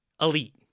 elite